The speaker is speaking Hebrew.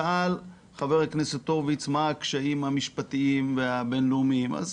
שאל חבר הכנסת הורוביץ מה הקשיים המשפטיים והבין-לאומיים.